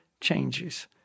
changes